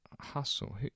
Hustle